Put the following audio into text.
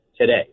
today